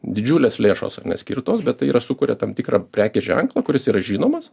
didžiulės lėšos ar ne skirtos bet tai yra sukuria tam tikrą prekės ženklą kuris yra žinomas